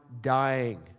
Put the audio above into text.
dying